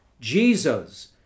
Jesus